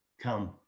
Come